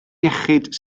iechyd